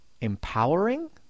empowering